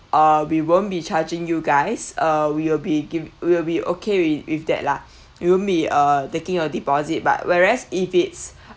uh we won't be charging you guys uh we will be giv~ we will be okay with with that lah we won't be uh taking your deposit but whereas if it's